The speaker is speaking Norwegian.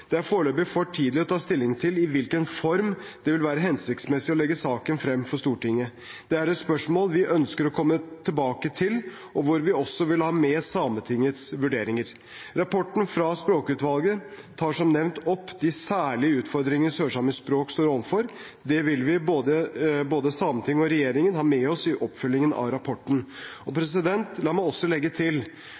Det er foreløpig for tidlig å ta stilling til i hvilken form det vil være hensiktsmessig å legge saken frem for Stortinget. Det er et spørsmål vi ønsker å komme tilbake til, og hvor vi også vil ha med Sametingets vurderinger. Rapporten fra språkutvalget tar som nevnt opp de særlige utfordringene sørsamisk språk står overfor. Det vil vi, både Sametinget og regjeringen, ha med oss i oppfølgingen av rapporten. La meg også legge til